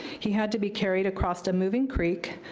he had to be carried across a moving creek,